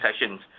sessions